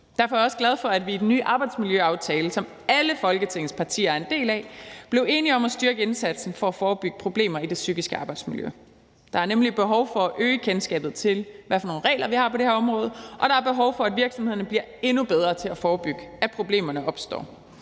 Derfor er jeg også glad for, at vi i den nye arbejdsmiljøaftale, som alle Folketingets partier er en del af, blev enige om at styrke indsatsen for at forebygge problemer med det psykiske arbejdsmiljø. Der er nemlig behov for at øge kendskabet til, hvad det er for nogle regler, vi har på det her område, og der er behov for, at virksomhederne bliver endnu bedre til at forebygge, at problemerne opstår.